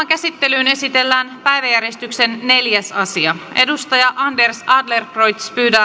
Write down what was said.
käsittelyyn esitellään päiväjärjestyksen neljäs asia anders adlercreutz